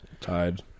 Tied